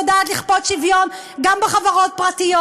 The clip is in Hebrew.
היא יודעת לכפות שוויון גם בחברות פרטיות.